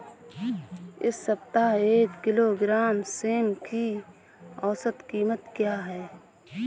इस सप्ताह एक किलोग्राम सेम की औसत कीमत क्या है?